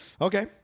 Okay